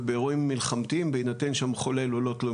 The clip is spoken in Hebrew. ובאירועים מלחמתיים בהינתן שהמחולל הוא לא תלוי